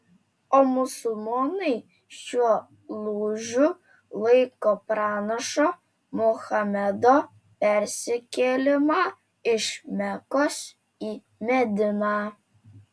o musulmonai šiuo lūžiu laiko pranašo muhamedo persikėlimą iš mekos į mediną